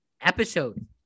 episode